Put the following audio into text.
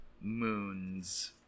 Moons